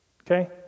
Okay